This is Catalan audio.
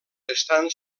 estan